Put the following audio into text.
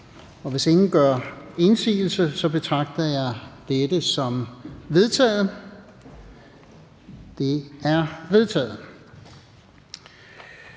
Hvis ingen gør indsigelse, betragter jeg dette som vedtaget. Det er vedtaget.